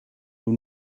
will